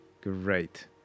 Great